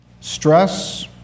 stress